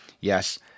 Yes